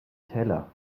teller